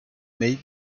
may